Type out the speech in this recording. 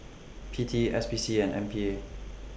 P T S P C and M P A